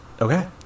Okay